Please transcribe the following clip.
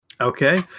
Okay